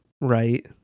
right